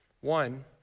One